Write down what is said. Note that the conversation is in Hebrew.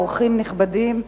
אורחים נכבדים,